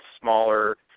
smaller